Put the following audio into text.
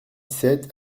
sept